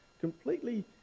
completely